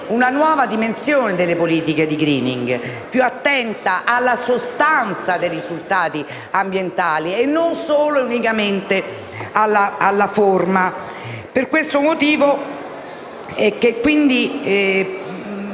una nuova dimensione delle politiche di *greening,* che sia più attenta alla sostanza dei risultati ambientali e non unicamente alla forma. Per questo motivo bisogna